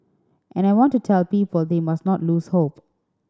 and I want to tell people they must not lose hope